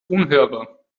unhörbar